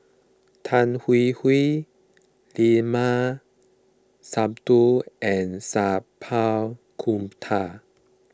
Tan Hwee Hwee Limat Sabtu and Sat Pal Khattar